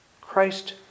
Christ